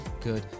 good